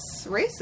racist